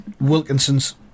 Wilkinson's